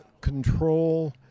control